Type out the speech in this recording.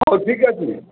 ହଉ ଠିକ୍ ଅଛି